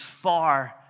far